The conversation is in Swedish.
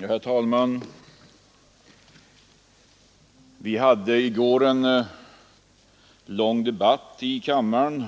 Herr talman! Vi hade i går här i kammaren en